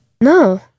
No